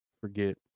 forget